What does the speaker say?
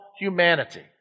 humanity